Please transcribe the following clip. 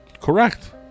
Correct